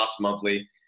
Monthly